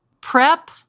prep